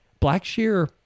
Blackshear